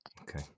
okay